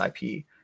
IP